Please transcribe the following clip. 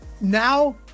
now